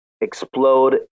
explode